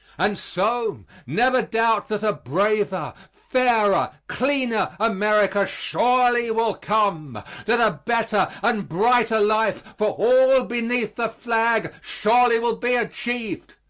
and, so, never doubt that a braver, fairer, cleaner america surely will come that a better and brighter life for all beneath the flag surely will be achieved.